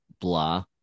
blah